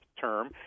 term